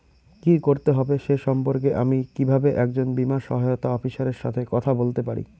কী করতে হবে সে সম্পর্কে আমি কীভাবে একজন বীমা সহায়তা অফিসারের সাথে কথা বলতে পারি?